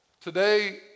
Today